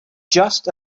just